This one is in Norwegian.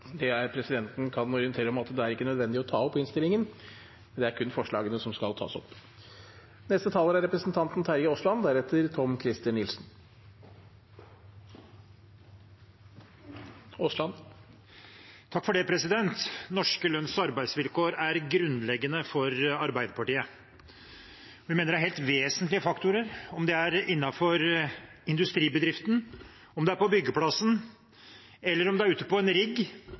Presidenten kan orientere om at det ikke er nødvendig å ta opp innstillingen – det er kun forslagene som skal tas opp. Norske lønns- og arbeidsvilkår er grunnleggende for Arbeiderpartiet. Vi mener det er helt vesentlige faktorer – om det er innenfor industribedriften, om det er på byggeplassen, om det er ute på en rigg,